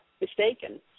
mistaken